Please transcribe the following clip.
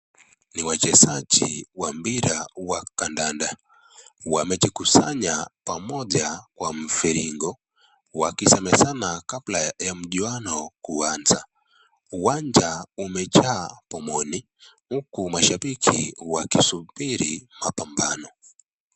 Ni wachezaji wa mpira wa kandanda. Wamejikusanya pamoja kwa mviringo. Wakisemezana kabla ya mchwano kuanza. Uwanja umejaa pomoni. Huku mashababiki wakisubiri mapambano.